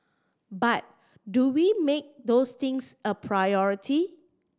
but do we make those things a priority